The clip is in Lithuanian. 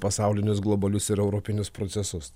pasaulinius globalius ir europinius procesus